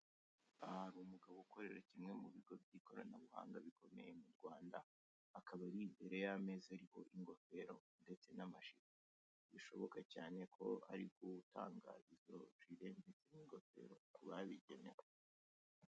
Aha hari umugabo ukorera kimwe mu bigo by'ikoranabuhanga bikomeye mu Rwanda akaba ari imbere y'ameza ariho ingofero ndetse n'amajire bishoboka cyane ko ari gutanga ibyo bijyanye n'ingofero ku babigenewe.